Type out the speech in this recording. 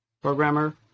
programmer